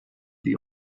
the